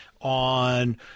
On